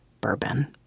bourbon